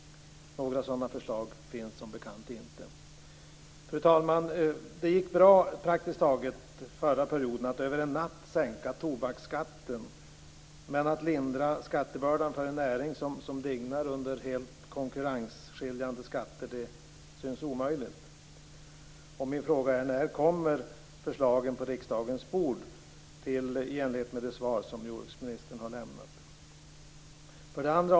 Några sådana förslag finns som bekant inte. Fru talman! Förra perioden gick det bra att praktiskt taget över en natt sänka tobaksskatten, men att lindra skattebördan för en näring som dignar under helt konkurrensskiljande skatter synes omöjligt. Min fråga är: När kommer förslagen på riksdagens bord i enlighet med det svar som jordbruksministern har lämnat?